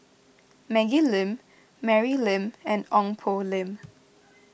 Maggie Lim Mary Lim and Ong Poh Lim